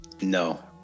No